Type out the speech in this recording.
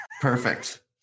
Perfect